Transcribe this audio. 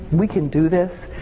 we can do this,